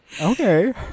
Okay